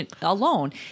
alone